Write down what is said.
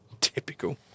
Typical